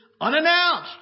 unannounced